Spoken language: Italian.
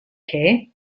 che